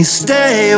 stay